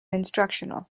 instructional